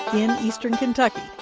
and eastern kentucky,